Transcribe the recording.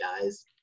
guys